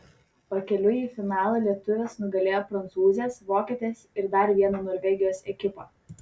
pakeliui į finalą lietuvės nugalėjo prancūzes vokietes ir dar vieną norvegijos ekipą